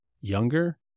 younger